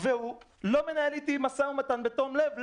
והוא לא מנהל אתי משא ומתן בתום לב.